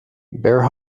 bear